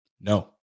No